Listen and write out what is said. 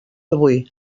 avui